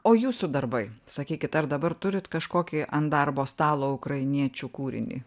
o jūsų darbai sakykit ar dabar turit kažkokį ant darbo stalo ukrainiečių kūrinį